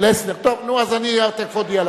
ועדת הכלכלה, ועדת החוקה,